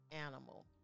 animal